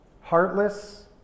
heartless